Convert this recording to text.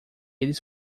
eles